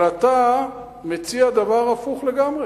אבל אתה מציע דבר הפוך לגמרי: